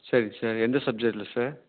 சரிங்க சார் எந்த சப்ஜெக்ட்டில் சார்